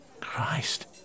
Christ